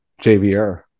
JVR